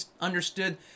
understood